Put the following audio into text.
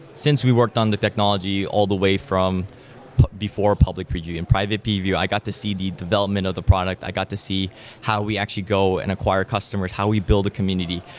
since we worked on the technology all the way from before public preview and private preview, i got to see the development of the product. i got to see how we actually go and acquire customers. how we build a community.